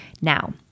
Now